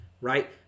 Right